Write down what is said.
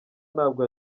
ntabwo